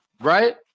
Right